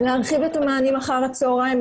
להרחיב את המענים אחר הצהריים,